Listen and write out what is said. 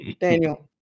Daniel